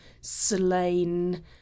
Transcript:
slain